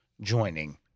joining